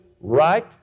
right